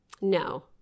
No